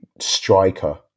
striker